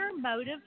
motive